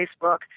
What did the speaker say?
Facebook